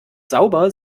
sauber